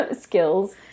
skills